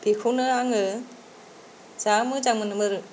बेखौनो आङो जा मोजां मोनोमोन